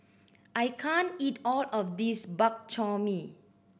I can't eat all of this Bak Chor Mee